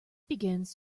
begins